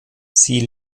sie